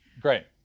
Great